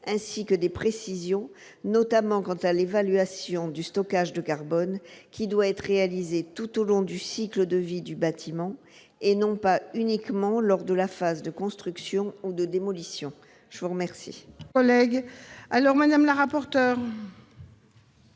ainsi que des précisions, notamment quant à l'évaluation du stockage de carbone, qui doit être réalisée tout au long du cycle de vie du bâtiment et non pas uniquement lors de la phase de construction ou de démolition. Quel